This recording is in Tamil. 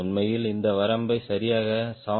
உண்மையில் இந்த வரம்பை சரியாக 7